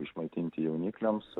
išmaitinti jaunikliams